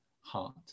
heart